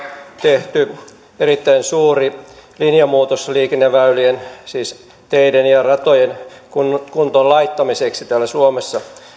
tehty erittäin suuri linjanmuutos liikenneväylien siis teiden ja ratojen kuntoon laittamiseksi täällä suomessa